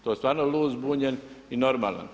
To je stvarno lud, zbunjen i normalan.